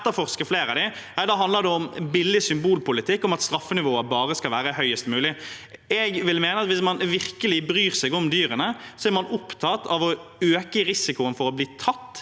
da handler det om billig symbolpolitikk om at straffenivået bare skal være høyest mulig. Jeg vil mene at hvis man virkelig bryr seg om dyrene, er man opptatt av å øke risikoen for å bli tatt